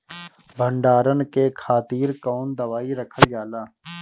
भंडारन के खातीर कौन दवाई रखल जाला?